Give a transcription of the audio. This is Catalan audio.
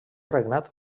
regnat